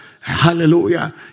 Hallelujah